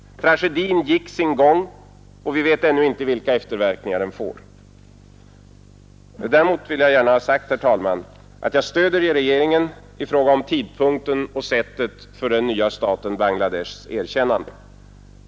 Tragedin gick sin gång och vi vet ännu inte vilka efterverkningar den får. Däremot vill jag gärna ha sagt, herr talman, att jag stöder regeringen i fråga om tidpunkten och sättet för den nya staten Bangladeshs erkännande.